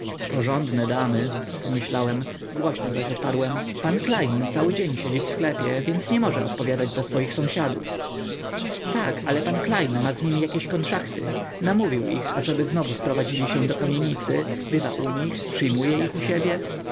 porządne damy pomyślałem głośno zaś odparłem pan klejn cały dzień siedzi w sklepie więc nie może odpowiadać za swoich sąsiadów tak ale pan klejn ma z nimi jakieś konszachty namówił ich ażeby znowu sprowadzili się do kamienicy bywa u nich przyjmuje ich u siebie